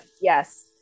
yes